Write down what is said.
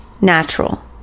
natural